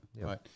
Right